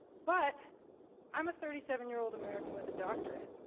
but i'm a thirty seven year old american with a doctorate.